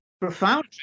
Profound